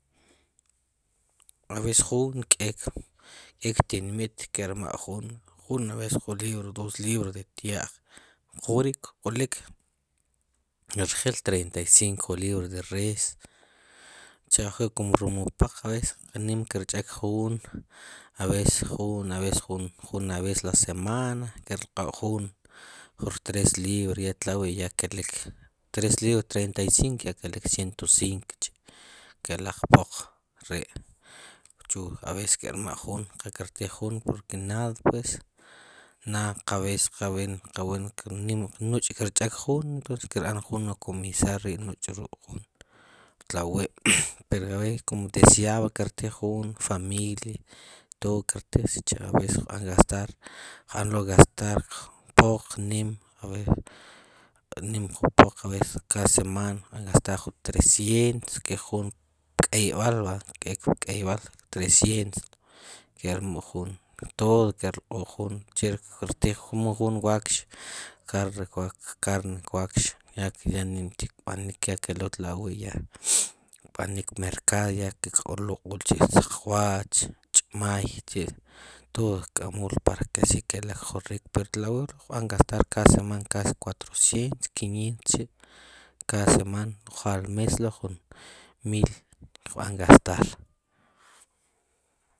Aves jun ke'k ptinmit kerma' jun aves jun aves dos libra de ty'aj jwi k'olik rjil treinta y cinko libra de res cha ajwi komo rum wu poq aves qa nim kerch'ek jun aves jun aves jun la semana ke rlq'o jun ju rtres libra tlawi ya kelik tres lindra treinta y cink ya kelak ciento cink chi kelaq poq ri chu aves kerma' jun qa kertij jun porque nad pues nad aves qawen qawen nuch kerch'ejun kerb'an jun ekomisar jun tlawi pero aves desiab kertij jun familia tod kertij jun secha por es qb'an gastar qb'an lo gastar poq nim aves nim jun poq la seman qb'an lo gastar ju tresient ke'jun pk'eyb'al va ke'k pk'eyb'al ju tresient ke'r mu jun tod kerqu' jun cheri kertij jun wax car wax ya nim chik kelik ya kelul tlawi ya kb'anik pmerkad ya kloqul chi saqrwach ch'imaj chi tod kk'amul para ke si kelaq ju rik pero tlawi qb'an gastar kada semana kasi uatrocientos quinient chi kada seman al mes lo jun mil qb'an gastar